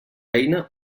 eina